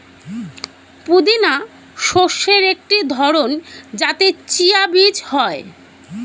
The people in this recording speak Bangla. পুদিনা শস্যের একটি ধরন যাতে চিয়া বীজ হয়